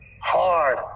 hard